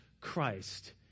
Christ